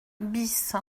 bis